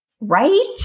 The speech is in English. right